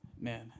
Man